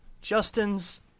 Justin's